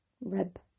rib